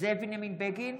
זאב בנימין בגין,